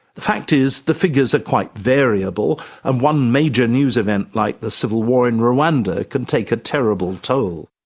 the fact is, the figures are quite variable and one major news event like the civil war in rwanda can take a terrible toll.